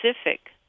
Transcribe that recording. specific